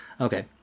Okay